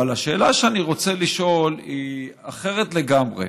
אבל השאלה שאני רוצה לשאול היא אחרת לגמרי.